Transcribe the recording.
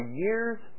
year's